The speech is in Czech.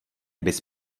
bys